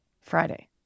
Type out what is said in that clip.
Friday